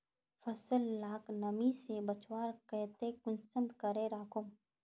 फसल लाक नमी से बचवार केते कुंसम करे राखुम?